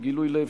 בגילוי לב,